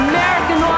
American